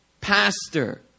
pastor